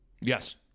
Yes